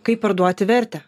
kaip parduoti vertę